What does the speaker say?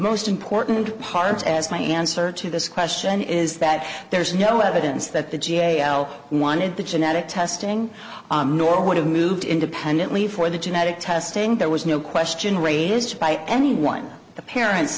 most important part as my answer to this question is that there's no evidence that the g a o wanted the genetic testing nor would have moved independently for the genetic testing there was no question raised by anyone the parents